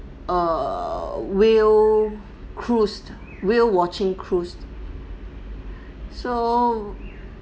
err whale cruise whale watching cruise so